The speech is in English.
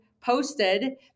posted